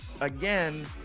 again